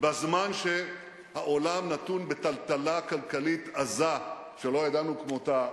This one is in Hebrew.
בזמן שהעולם נתון בטלטלה כלכלית עזה שלא ידענו כמותה דורות,